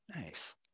Nice